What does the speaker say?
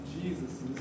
Jesus